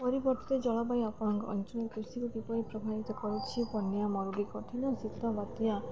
ପରିବର୍ତ୍ତେ ଜଳବାୟୁ ଆପଣଙ୍କ ଅଞ୍ଚଳରେ କୃଷିକୁ କିପରି ପ୍ରଭାବିତ କରୁଛି ବନ୍ୟା ମରୁଡ଼ି କଠିନ ଶୀତ ବାତ୍ୟା